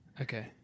Okay